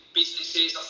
businesses